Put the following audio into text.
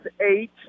eight